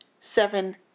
seven